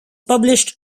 published